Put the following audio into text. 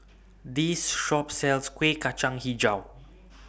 This Shop sells Kueh Kacang Hijau